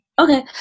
Okay